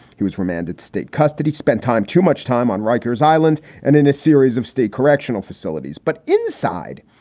he was remanded state custody spent time, too much time on rikers island and in a series of state correctional facilities. but inside,